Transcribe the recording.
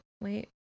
wait